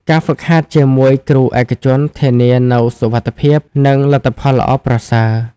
ការហ្វឹកហាត់ជាមួយគ្រូឯកជនធានានូវសុវត្ថិភាព និងលទ្ធផលល្អប្រសើរ។